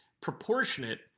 proportionate